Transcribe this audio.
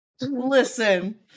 Listen